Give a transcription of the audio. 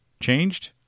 Changed